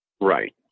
Right